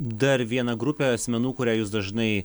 dar viena grupė asmenų kurią jūs dažnai